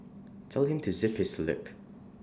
tell him to zip his lip